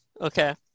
okay